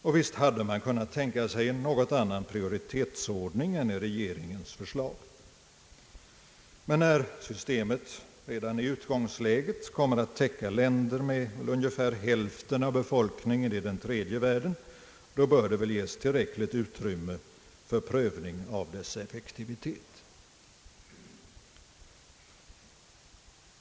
Och visst hade man kunnat tänka sig en något annan prioritetsordning än regeringens förslag innebär. Men när systemet redan i utgångsläget kommer att täcka länder med ungefär hälften av befolkningen i den tredje världen bör det väl ges tillräckligt utrymme för prövning av systemets effektivitet.